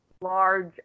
large